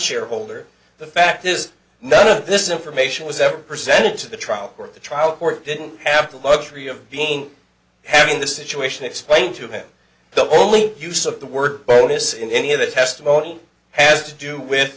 shareholder the fact is none of this information was ever presented to the trial court the trial court didn't have the luxury of being having the situation explained to him the only use of the word bonus in any of the testimony has to do with